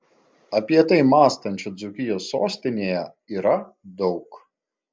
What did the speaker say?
apie tai mąstančių dzūkijos sostinėje yra daug